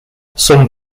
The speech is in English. some